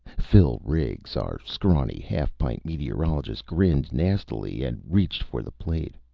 phil riggs, our scrawny, half-pint meteorologist, grinned nastily and reached for the plate.